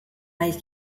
nahiz